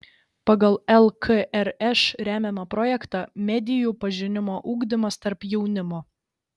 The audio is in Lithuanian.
pagal lkrš remiamą projektą medijų pažinimo ugdymas tarp jaunimo